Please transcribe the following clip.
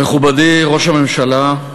מכובדי ראש הממשלה,